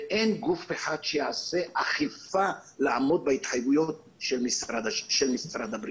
ואין גוף אחד שיעשה אכיפה כדי לעמוד בהתחייבויות של משרד הבריאות.